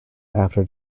after